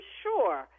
sure